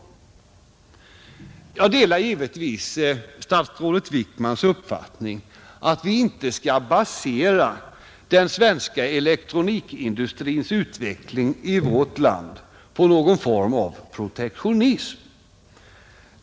Jag delar givetvis statsrådet Wickmans uppfattning att vi inte skall basera den svenska elektronikindustrins utveckling i vårt land på någon form av protektionism.